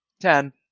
Ten